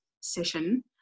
session